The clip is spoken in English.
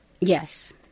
Yes